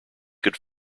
could